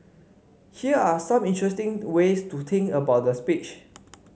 here are some interesting ways to think about the speech